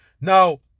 Now